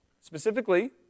specifically